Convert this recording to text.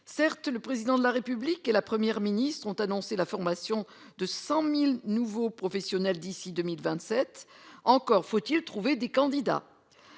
Certes, le Président de la République et la Première ministre ont annoncé la formation de 100 000 nouveaux professionnels d'ici à 2027 ; mais encore faut-il trouver des candidats